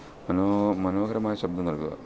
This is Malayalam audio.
മനോ മനോഹരമായ ശബ്ദം നൽകുക